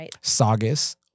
Sagas